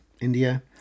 India